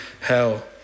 hell